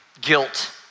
guilt